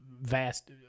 vast